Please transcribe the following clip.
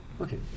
Okay